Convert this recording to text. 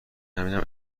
همینم